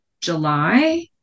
july